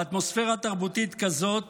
באטמוספרה תרבותית כזאת